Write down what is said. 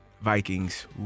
Vikings